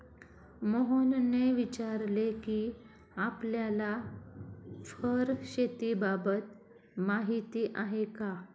मोहनने विचारले कि आपल्याला फर शेतीबाबत माहीती आहे का?